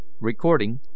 Recording